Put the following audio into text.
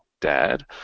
dad